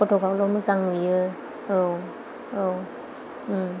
फटकआवल' मोजां नुयो औ औ